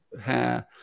hair